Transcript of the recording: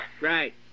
Right